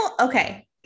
Okay